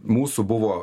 mūsų buvo